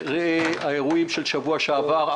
ראה האירועים של שבוע שעבר,